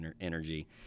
energy